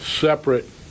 separate